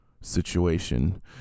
situation